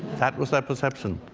that was their perception.